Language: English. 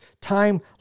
time